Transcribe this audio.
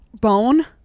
bone